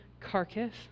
carcass